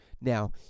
Now